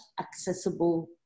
accessible